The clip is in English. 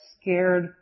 scared